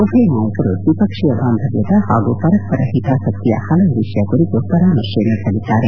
ಉಭಯ ನಾಯಕರು ದ್ವಿಪಕ್ಷೀಯ ಬಾಂಧವ್ದದ ಹಾಗೂ ಪರಸ್ಪರ ಹಿತಾಸಕ್ತಿಯ ಹಲವು ವಿಷಯ ಕುರಿತು ಪರಾಮರ್ಶೆ ನಡೆಸಲಿದ್ದಾರೆ